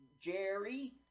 Jerry